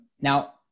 Now